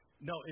No